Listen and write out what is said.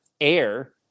air